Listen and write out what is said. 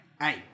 Hey